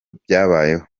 byabayeho